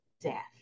Death